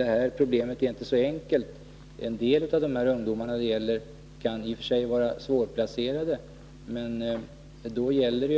Det är klart att problemet inte är så enkelt. En del av de ungdomar det här gäller kan vara svårplacerade, men då är